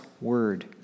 word